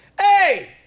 hey